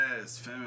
Yes